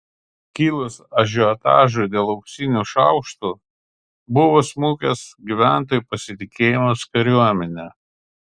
kilus ažiotažui dėl auksinių šaukštų buvo smukęs gyventojų pasitikėjimas kariuomene